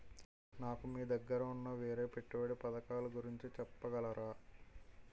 నాకు మీ దగ్గర ఉన్న వేరే పెట్టుబడి పథకాలుగురించి చెప్పగలరా?